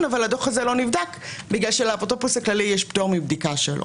דו"ח אבל הוא לא נבדק בגלל שלאפוטרופוס הכללי יש פטור מבדיקה שלו.